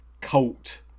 cult